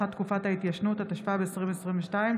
הצעת חוק הביטוח הלאומי (תיקון,